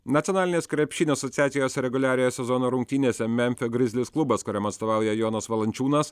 nacionalinės krepšinio asociacijos reguliariojo sezono rungtynėse memfio grizlis klubas kuriam atstovauja jonas valančiūnas